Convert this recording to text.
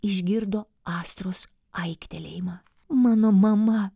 išgirdo astros aiktelėjimą mano mama